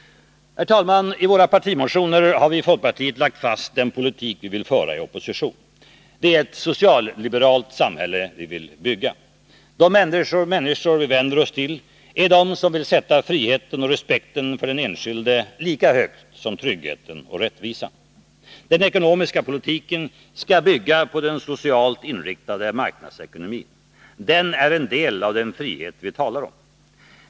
Herr talman! I våra partimotioner har vi i folkpartiet lagt fast den politik vi vill föra i opposition. Det är ett socialliberalt samhälle vi vill bygga. De människor vi vänder oss till är de som vill sätta friheten och respekten för den enskilde lika högt som tryggheten och rättvisan. Den ekonomiska politiken skall bygga på den socialt inriktade marknadsekonomin. Den är en del av den frihet vi talar om.